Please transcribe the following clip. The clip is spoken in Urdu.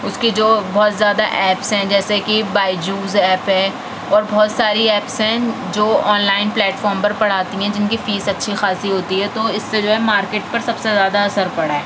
اس کی جو بہت زیادہ اپیپس ہیں جیسے کہ بائیجوز ایپ ہے اور بہت ساری ایپس ہیں جو آن لائن پلیٹ فارم پر پڑھاتی ہیں جن کی فیس اچھی خاصی ہوتی ہے تو اس سے جو ہے مارکیٹ پر سب سے زیادہ اثر پڑا ہے